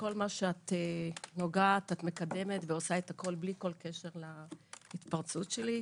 שכל מה שאת נוגעת את מקדמת בלי כל קשר להתפרצות שלי.